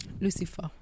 Lucifer